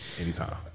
Anytime